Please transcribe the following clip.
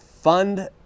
Fund